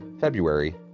February